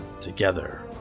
Together